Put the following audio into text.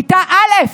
כיתה א',